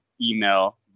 email